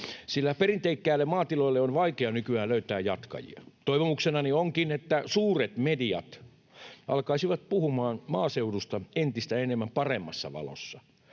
sillä perinteikkäille maatiloille on vaikea nykyään löytää jatkajia. Toivomuksenani onkin, että suuret mediat alkaisivat puhumaan maaseudusta entistä enemmän paremmassa valossa.